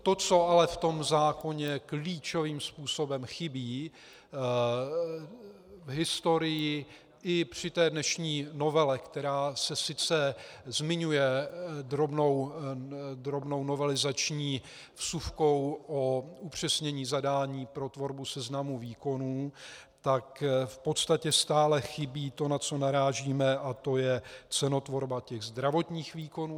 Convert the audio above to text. To, co ale v zákoně klíčovým způsobem chybí v historii i při dnešní novele, která se sice zmiňuje drobnou novelizační vsuvkou o upřesnění zadání pro tvorbu seznamu výkonů, tak v podstatě stále chybí to, na co narážíme, a to je cenotvorba vlastních zdravotních výkonů.